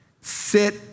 sit